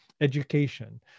education